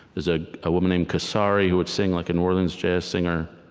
there's ah a woman named kasari who would sing like a new orleans jazz singer.